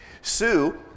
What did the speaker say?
Sue